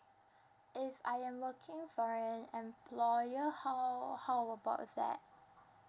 if I am working for an employer how how about that